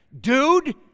dude